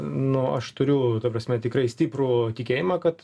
nu aš turiu ta prasme tikrai stiprų tikėjimą kad